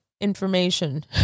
information